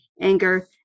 anger